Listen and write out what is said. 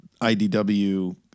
IDW